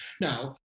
now